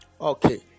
Okay